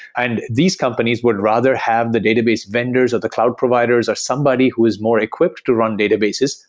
and these companies would rather have the database vendors of the cloud providers or somebody who is more equipped to run databases,